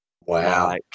wow